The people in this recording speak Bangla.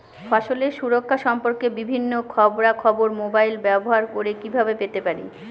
ফসলের সুরক্ষা সম্পর্কে বিভিন্ন খবরা খবর মোবাইল ব্যবহার করে কিভাবে পেতে পারি?